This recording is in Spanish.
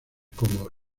como